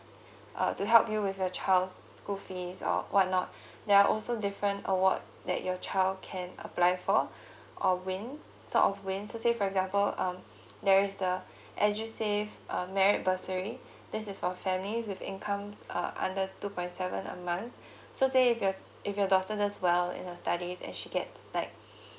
uh to help you with your child's school fees or what not there are also different award that your child can apply for or win sort of win to say for example um there is the edusave um merit bursary this is for families with incomes uh under two point seven a month so say if your if your daughter does well in her studies and she gets like